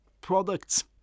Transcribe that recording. products